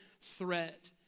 threat